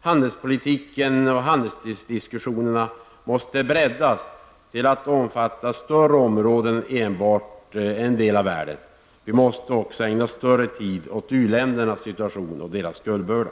handelspolitiken och handelsdiskussionerna måste breddas. De måste omfatta större områden i en del av världen, och mera tid måste ägnas åt uländernas situation och skuldbörda.